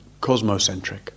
cosmocentric